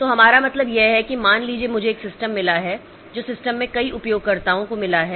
तो हमारा मतलब यह है कि मान लीजिए मुझे एक सिस्टम मिला है जो सिस्टम में कई उपयोगकर्ताओं को मिला है